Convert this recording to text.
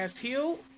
heal